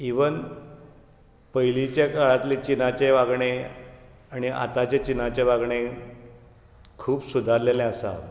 even पयलींच्या काळांतलें चिनाचें वागणें आनी आताचें चिनाचें वागणें खूब सुदारलेलें आसा